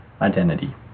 identity